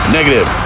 Negative